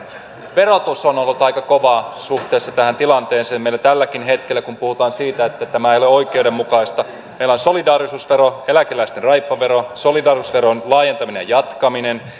verotus on ollut aika kovaa suhteessa tähän tilanteeseen meillä tälläkin hetkellä kun puhutaan siitä että tämä ei ole oikeudenmukaista on solidaarisuusvero eläkeläisten raippavero solidaarisuusveron laajentamisen jatkaminen